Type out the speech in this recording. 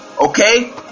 Okay